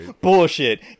bullshit